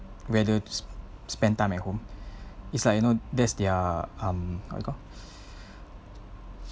whether to spend time at home it's like you know that's their um what you call